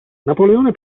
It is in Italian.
napoleone